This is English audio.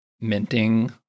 minting